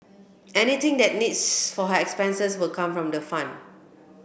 anything that needs for her expenses will come from the fund